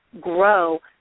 grow